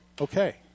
Okay